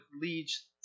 leads